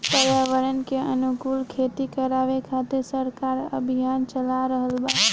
पर्यावरण के अनुकूल खेती करावे खातिर सरकार अभियान चाला रहल बा